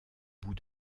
bout